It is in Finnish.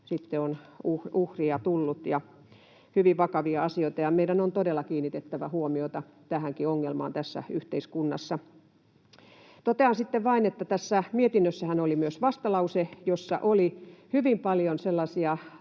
sitten on uhria tullut ja hyvin vakavia asioita. Meidän on todella kiinnitettävä huomiota tähänkin ongelmaan tässä yhteiskunnassa. Totean sitten vain, että tässä mietinnössähän oli myös vastalause, jossa oli hyvin paljon sellaisia